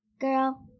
Girl